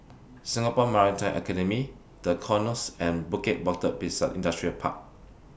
Singapore Maritime Academy The Knolls and Bukit Batok Industrial Park